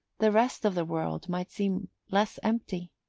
the rest of the world might seem less empty.